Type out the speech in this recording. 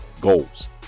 goals